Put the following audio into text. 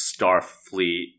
Starfleet